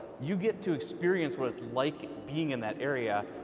you get to experience what it's like being in that area.